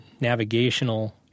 navigational